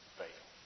fail